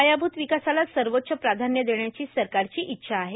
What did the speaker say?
पायाभूत विकासाला सर्वोच्च प्राधान्य देण्याची सरकारची इच्छा आहे